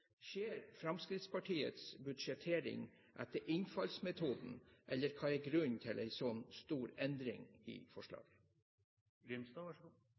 Skjer Fremskrittspartiets budsjettering etter innfallsmetoden? Hva er grunnen til en så stor endring?